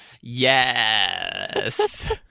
Yes